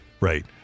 Right